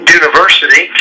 university